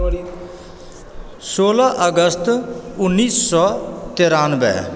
सोलह अगस्त उन्नैस सए तिरानबे